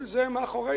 כל זה מאחורינו.